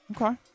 Okay